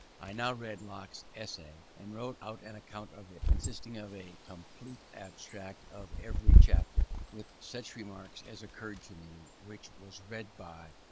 i now read locke's essay, and wrote out an account of it, consisting of a complete abstract of every chapter, with such remarks as occurred to me which was read by,